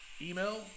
Email